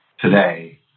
today